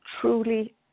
truly